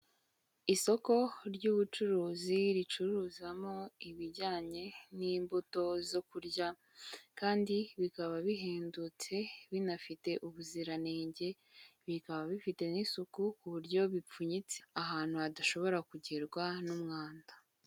Isoko ry'ubucuruzi ricuruzamo ibijyanye n'imbuto zo kurya kandi bikaba bihendutse binafite ubuziranenge, bikaba bifite n'isuku ku buryo bipfunyitse ahantu hadashobora kugerwa n'umwanda.